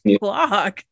blog